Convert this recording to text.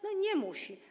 No nie musi.